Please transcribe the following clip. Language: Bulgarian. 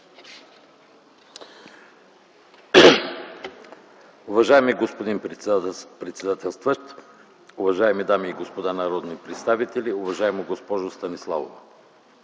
Уважаеми господин председател, уважаеми дами и господа народни представители, уважаема госпожо Станиславова!